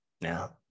Now